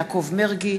יעקב מרגי,